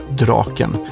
draken